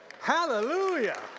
Hallelujah